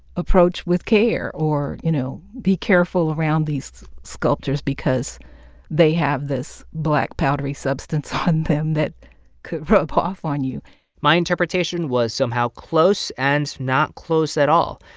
approach with care or, you know, be careful around these sculptures because they have this black, powdery substance on them that could rub off on you my interpretation was somehow close and not close at all.